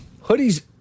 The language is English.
Hoodie's